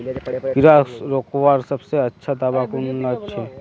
कीड़ा रोकवार सबसे अच्छा दाबा कुनला छे?